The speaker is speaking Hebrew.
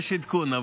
יש עדכון?